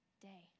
day